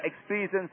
experience